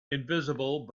invisible